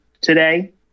today